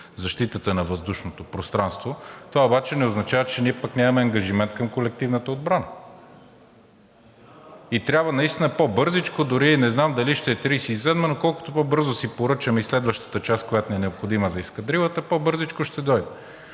защитата на въздушното пространство. Това обаче не означава, че ние пък нямаме ангажимент към колективната отбрана. И трябва наистина по-бързичко, дори не знам дали ще е 2037 г., но колкото по-бързо си поръчаме и следващата част, която ни е необходима за ескадрилата, по-бързичко ще дойде.